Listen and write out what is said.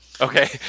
Okay